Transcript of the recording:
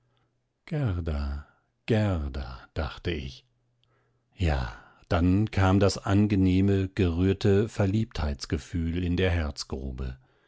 gerda gerda dachte ich ja dann kam das angenehm gerührte verliebtheitsgefühl in der herzgrube